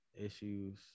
issues